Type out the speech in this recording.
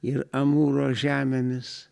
ir amūro žemėmis